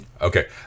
Okay